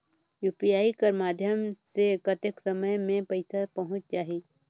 UPI कर माध्यम से कतेक समय मे पइसा पहुंच जाहि?